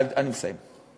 אני מסיים.